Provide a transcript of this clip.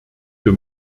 wir